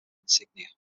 insignia